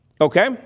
Okay